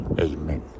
Amen